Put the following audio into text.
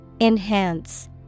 Enhance